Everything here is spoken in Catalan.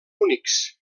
únics